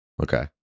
Okay